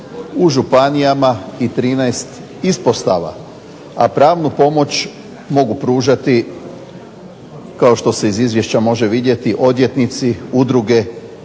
u županijama i 13 ispostava, a pravnu pomoć mogu pružati kao što se može vidjeti odvjetnici, udruge